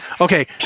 Okay